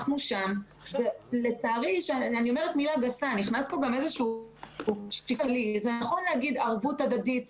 אנחנו שם ולצערי אני אומרת מילה גסה אפשר להגיד ערבות הדדית,